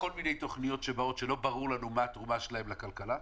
לכל מיני תוכניות שבאות ולא ברור לנו מה התרומה שלהן לכלכלה,